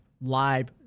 live